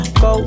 go